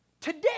Today